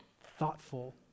Thoughtful